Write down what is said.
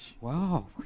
Wow